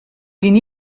kien